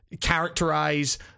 characterize